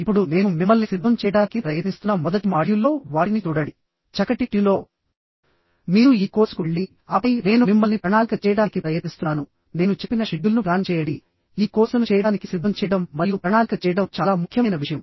ఇప్పుడు నేను మిమ్మల్ని సిద్ధం చేయడానికి ప్రయత్నిస్తున్న మొదటి మాడ్యూల్లో వాటిని చూడండి చక్కటి ట్యూన్ లో మీరు ఈ కోర్సుకు వెళ్లి ఆపై నేను మిమ్మల్ని ప్రణాళిక చేయడానికి ప్రయత్నిస్తున్నాను నేను చెప్పిన షెడ్యూల్ను ప్లాన్ చేయండి ఈ కోర్సును చేయడానికి సిద్ధం చేయడం మరియు ప్రణాళిక చేయడం చాలా ముఖ్యమైన విషయం